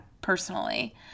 personally